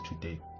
today